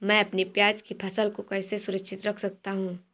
मैं अपनी प्याज की फसल को कैसे सुरक्षित रख सकता हूँ?